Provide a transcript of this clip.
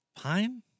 Pine